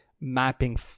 mapping